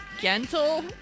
Gentle